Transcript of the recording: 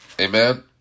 amen